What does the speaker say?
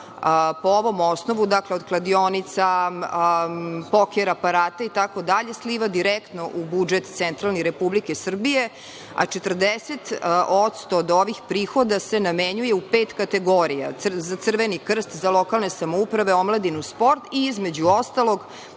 po ovom osnovu, dakle, od kladionica, poker aparata i tako dalje, sliva direktno u budžet centralni Republike Srbije, a 40% od ovih prihoda se namenjuje u pet kategorija, Crveni krst, za lokalne samouprave, omladinu, sport i između ostalog